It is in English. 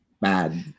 bad